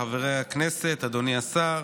חברי הכנסת, אדוני השר,